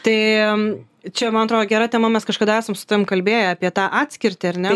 tai čia man atrodo gera tema mes kažkada esam kalbėję apie tą atskirtį ar ne